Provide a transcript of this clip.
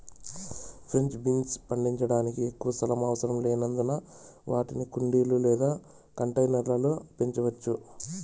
French beans పండించడానికి ఎక్కువ స్థలం అవసరం లేనందున వాటిని కుండీలు లేదా కంటైనర్ల లో పెంచవచ్చు